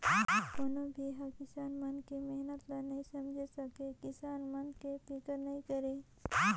कोनो भी हर किसान मन के मेहनत ल नइ समेझ सके, किसान मन के फिकर नइ करे